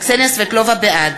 בעד